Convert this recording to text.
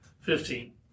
Fifteen